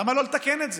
למה לא לתקן את זה?